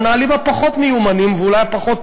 המנהלים המיומנים פחות,